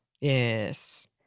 Yes